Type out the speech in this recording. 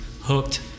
hooked